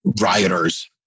rioters